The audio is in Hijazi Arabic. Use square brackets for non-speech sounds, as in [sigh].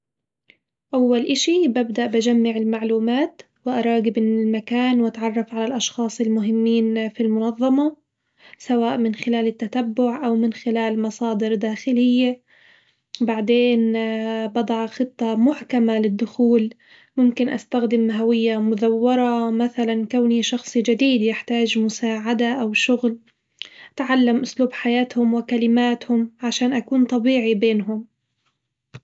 أول إشي ببدأ بجمع المعلومات وأراجب المكان وأتعرف على الأشخاص المهمين في المنظمة سواء من خلال التتبع أو من خلال مصادر داخلية، وبعدين [hesitation] بضع خطة محكمة للدخول، ممكن أستخدم هوية مزورة مثلًا كوني شخص جديد يحتاج مساعدة أو شغل، أتعلم أسلوب حياتهم وكلماتهم عشان أكون طبيعي بينهم.